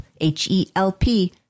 H-E-L-P